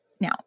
Now